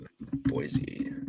Boise